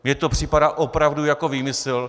Mně to připadá opravdu jako výmysl.